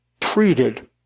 treated